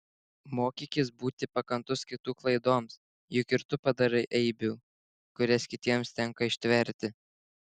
mokykis būti pakantus kitų klaidoms juk ir tu padarai eibių kurias kitiems tenka ištverti